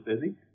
busy